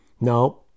no